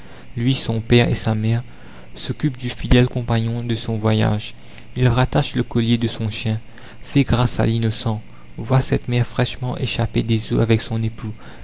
lui son père et sa mère s'occupe du fidèle compagnon de son voyage il rattache le collier de son chien fais grâce à l'innocent vois cette mère fraîchement échappée des eaux avec son époux